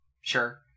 Sure